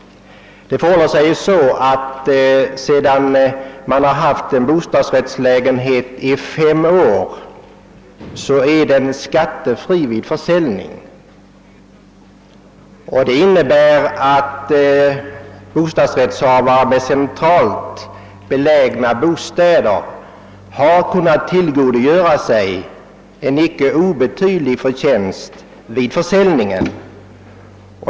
Sedan man haft en bostadsrättslägenhet i fem år är den nämligen skattefri vid försäljningen. Det innebär att bostadsrättsinnehavare med centralt belägna bostäder kunnat tillgodogöra sig en icke obetydlig förtjänst vid försäljningen.